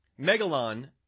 Megalon